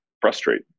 frustrate